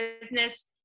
business